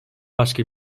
başka